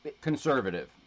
conservative